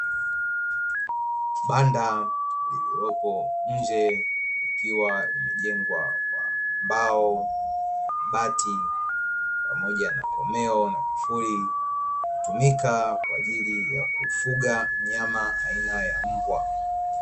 Banda lililopo nje likiwa limejengwa kwa mbao, bati, pamoja na komeo na kufuli, hutumika kwa ajili ya kufuga mnyama aina ya mbwa.